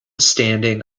standing